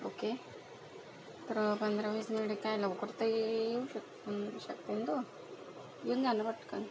okay तर पंधरा वीस मिनिटं काय लवकर तर येऊ शकतो येऊ शकते ना तू येऊन जा ना पटकन